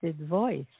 voice